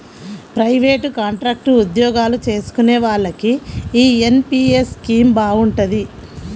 private, contract ఉద్యోగాలు చేసుకునే వాళ్లకి యీ ఎన్.పి.యస్ స్కీమ్ బాగుంటది